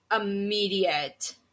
immediate